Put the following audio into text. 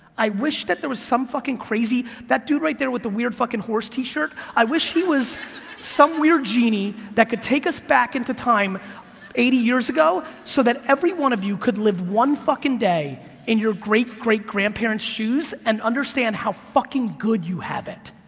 i wish that there was some fucking crazy, that dude right there with the weird fucking horse t-shirt, i wish he was some weird genie that could take us back in time eighty years ago so that every one of you could live one fucking day in your great, great grandparents shoes and understand how fucking good you have,